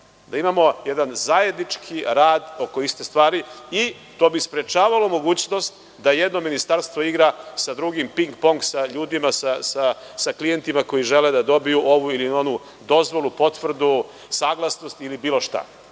da imamo jedan zajednički rad oko iste stvari. To bi sprečavalo mogućnost da jedno ministarstvo igra sa drugim ping-pong sa ljudima, sa klijentima koji žele da dobiju ovu ili onu dozvolu, potvrdu, saglasnost ili bilo šta.